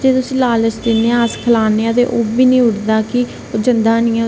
जे कर तुस लालच दिन्ने आं खिलाने आं ते ओह्बी नेईं उडदा कि के जंदा गै नेईं ऐ उसी इन्ना गै प्यार होई जंदा कि